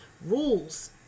rules